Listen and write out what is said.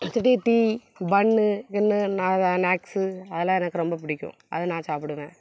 திடீர் tea bun கின்னு நான் அதுதான் ஸ்னாக்ஸ் அதெல்லாம் எனக்கு ரொம்ப பிடிக்கும் அதை நான் சாப்பிடுவேன்